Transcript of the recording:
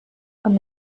amb